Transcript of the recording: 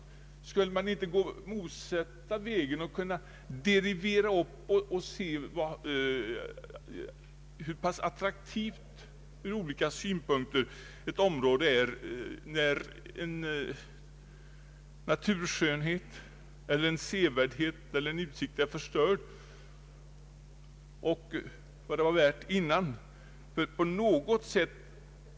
Skulle man inte kunna gå den motsatta vägen och dela upp; se hur pass attraktivt och därmed värdefullt ur olika synpunkter ett område blir, när en naturskönhet, en sevärdhet eller en utsikt är förstörd, och jämföra med vad det var värt dessförinnan?